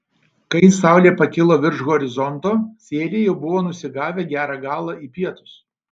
kai saulė pakilo virš horizonto sieliai jau buvo nusigavę gerą galą į pietus